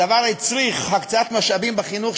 הדבר הצריך הקצאת משאבים בחינוך,